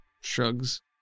Shrugs